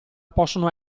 possono